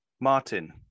Martin